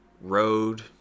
road